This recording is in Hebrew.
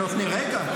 שנותנים ------ רגע,